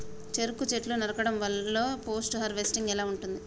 చెరుకు చెట్లు నరకడం లో పోస్ట్ హార్వెస్టింగ్ ఎలా ఉంటది?